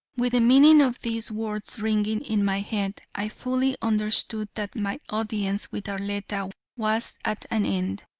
with the meaning of these words ringing in my head, i fully understood that my audience with arletta was at an end,